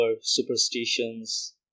superstitions